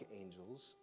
angels